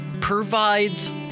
provides